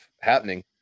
happening